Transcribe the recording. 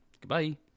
goodbye